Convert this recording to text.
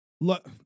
look